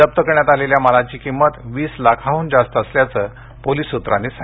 जप्तकरण्यात आलेल्या मालाची किंमत वीस लाखांहून जास्त असल्याचं पोलीस सूत्रांनीसांगितलं